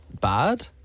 bad